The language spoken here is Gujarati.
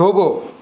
થોભો